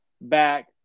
back